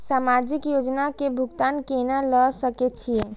समाजिक योजना के भुगतान केना ल सके छिऐ?